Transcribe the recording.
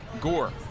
Gore